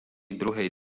druhej